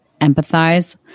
empathize